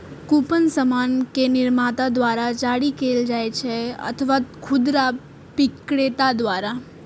coupon सामान के निर्माता द्वारा जारी कैल जाइ छै अथवा खुदरा बिक्रेता द्वारा